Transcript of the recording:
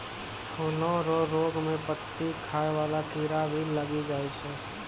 फूलो रो रोग मे पत्ती खाय वाला कीड़ा भी लागी जाय छै